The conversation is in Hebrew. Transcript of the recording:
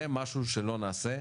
זה משהו שלא נעשה,